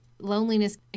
Loneliness